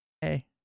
Hey